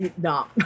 No